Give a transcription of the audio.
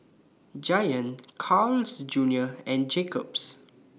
Giant Carl's Junior and Jacob's